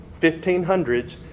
1500s